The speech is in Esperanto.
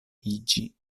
iĝi